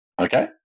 Okay